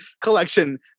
collection